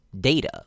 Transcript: data